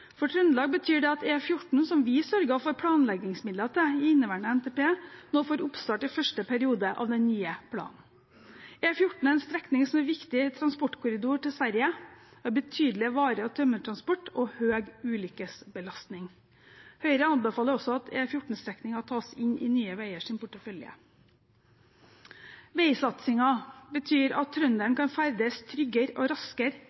For Trøndelag betyr det at E14, som vi sørget for planleggingsmidler til i inneværende NTP, nå får oppstart i første periode av den nye planen. E14 er en strekning som er en viktig transportkorridor til Sverige, med betydelig vare- og tømmertransport og høy ulykkesbelastning. Høyre anbefaler også at E14-strekningen tas inn i Nye Veiers portefølje. Veisatsingen betyr at trønderen kan ferdes tryggere og raskere